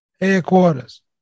headquarters